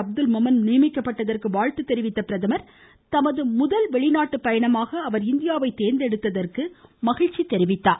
அப்துல் மொமன் நியமிக்கப்பட்டதற்கு வாழ்த்து தெரிவித்த பிரதமர் தமது முதல் வெளிநாட்டு பயணமாக அவர் இந்தியாவை தேர்ந்தெடுத்ததற்கு மகிழ்ச்சி தெரிவித்தார்